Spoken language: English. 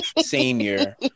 senior